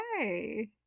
Okay